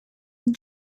and